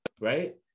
right